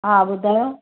हा ॿुधायो